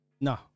No